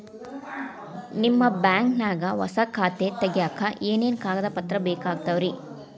ನಿಮ್ಮ ಬ್ಯಾಂಕ್ ನ್ಯಾಗ್ ಹೊಸಾ ಖಾತೆ ತಗ್ಯಾಕ್ ಏನೇನು ಕಾಗದ ಪತ್ರ ಬೇಕಾಗ್ತಾವ್ರಿ?